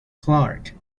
clark